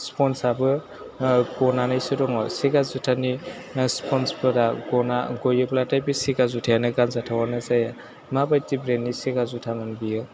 सिफनसआबो ओह गनानैसो दङ सेगा जुथानि ओह सिफनसफोरा गयोब्लाथाय बे सेगा जुथायानो गानजाथावयानो जाया माबादि ब्रेन्डनि सेगा जुथामोन बियो